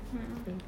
mm mm